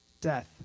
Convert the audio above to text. death